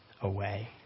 away